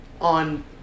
on